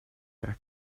back